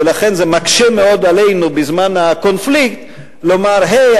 ולכן זה מקשה מאוד עלינו בזמן הקונפליקט לומר: היי,